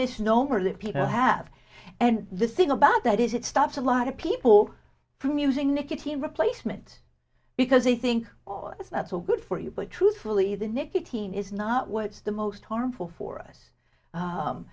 misnomer live people have and the thing about that is it stops a lot of people from using nicotine replacement because they think oh it's not so good for you but truthfully the nicotine is not what's the most harmful for